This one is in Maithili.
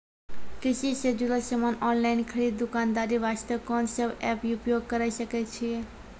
कृषि से जुड़ल समान ऑनलाइन खरीद दुकानदारी वास्ते कोंन सब एप्प उपयोग करें सकय छियै?